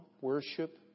Worship